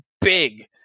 big